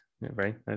right